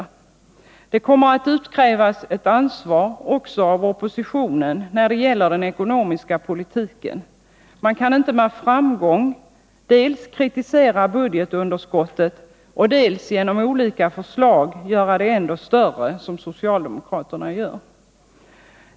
Det kommer att utkrävas ett ansvar också av oppositionen när det gäller den ekonomiska politiken. Man kan inte med framgång dels kritisera budgetunderskottet, dels genom olika förslag göra det ännu större, som socialdemokraterna gör.